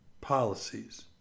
policies